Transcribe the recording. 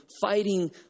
fighting